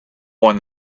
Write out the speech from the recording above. won